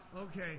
Okay